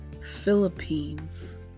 Philippines